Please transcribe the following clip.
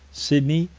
sydney,